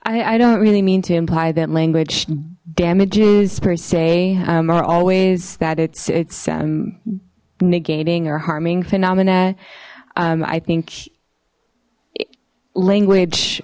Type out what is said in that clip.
i i don't really mean to imply that language damages per se are always that it's it's um negating or harming phenomena i think language